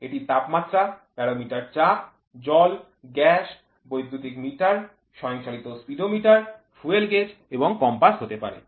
এটি তাপমাত্রা ব্যারোমিটার চাপ জল গ্যাস বৈদ্যুতিক মিটার স্বয়ংচালিত স্পিডোমিটার ফুয়েল গেজ এবং কম্পাস হতে পারে